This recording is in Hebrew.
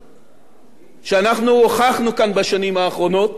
שאנחנו הוכחנו כאן בשנים האחרונות,